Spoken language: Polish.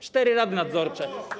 Cztery rady nadzorcze.